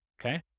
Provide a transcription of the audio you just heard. Okay